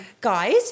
Guys